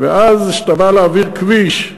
ואז כשאתה בא להעביר כביש,